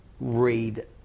read